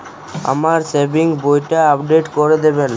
আমার সেভিংস বইটা আপডেট করে দেবেন?